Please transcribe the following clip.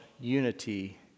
unity